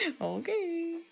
Okay